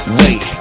wait